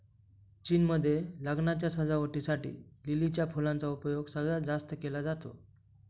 चीन मध्ये लग्नाच्या सजावटी साठी लिलीच्या फुलांचा उपयोग सगळ्यात जास्त केला जातो